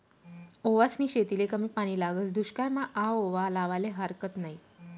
ओवासनी शेतीले कमी पानी लागस, दुश्कायमा आओवा लावाले हारकत नयी